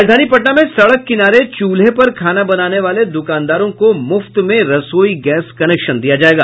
राजधानी पटना में सड़क किनारे चूल्हे पर खाना बनाने वाले दूकानदारों को मुफ्त में रसोई गैस कनेक्शन दिया जायेगा